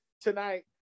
tonight